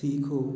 सीखो